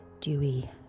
dewy